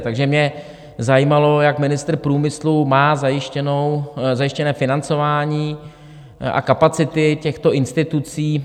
Takže mě zajímalo, jak ministr průmyslu má zajištěné financování a kapacity těchto institucí.